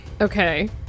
Okay